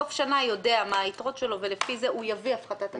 בסוף השנה הוא יודע מה היתרות שלו ולפי זה הוא יביא הפחתת אגרות.